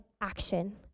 action